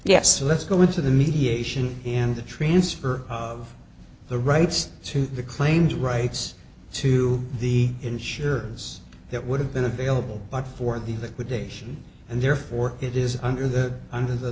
yes let's go into the mediation and the transfer of the rights to the claimed rights to the insures that would have been available but for the it would be and therefore it is under the under the